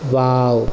wow